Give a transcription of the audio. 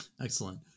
Excellent